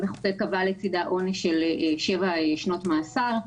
שהמחוקק קבע לצדה עונש של שבע שנות מאסר.